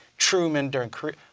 truman during korea,